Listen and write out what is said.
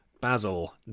Basil